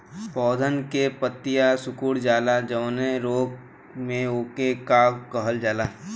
पौधन के पतयी सीकुड़ जाला जवने रोग में वोके का कहल जाला?